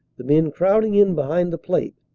the men crowding in behind the plate,